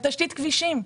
על תשתית כבישים.